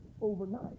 overnight